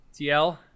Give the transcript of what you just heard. TL